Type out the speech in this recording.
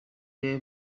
they